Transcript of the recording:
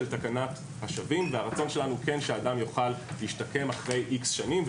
תקנת השבים והרצון שלנו שהאדם יוכל להשתקם אחרי איקס שנים.